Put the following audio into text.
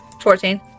Fourteen